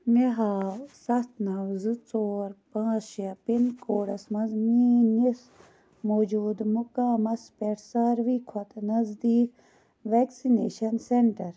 مےٚ ہاو ستھ نو زٕ ژور پٲنٛژھ شےٚ پِن کوڈس مَنٛز میٛٲنِس موٗجوٗدٕ مُقامس پٮ۪ٹھ سارِوٕے کھۄتہٕ نٔزدیٖک ویکسِنیشن سینٛٹر